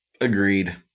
Agreed